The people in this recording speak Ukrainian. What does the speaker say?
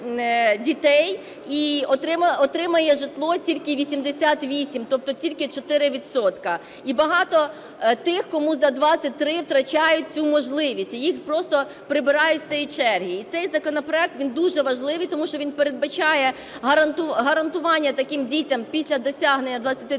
і отримає житло тільки 88, тобто тільки 4 відсотки, і багато тих, кому за 23, втрачають цю можливість, їх просто прибирають з цієї черги. І цей законопроект, він дуже важливий, тому що він передбачає гарантування таким дітям після досягнення 23 років